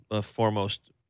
foremost